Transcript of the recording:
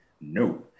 No